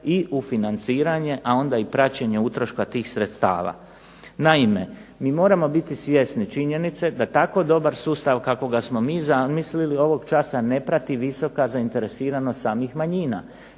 i u financiranje, a onda i praćenje utroška tih sredstava. Naime, mi moramo biti svjesni činjenice da tako dobar sustav kakvoga smo mi zamislili ovog časa ne prati visoka zainteresiranost samih manjina.